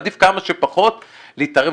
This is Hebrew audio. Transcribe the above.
מעדיף כמה שפחות להתערב,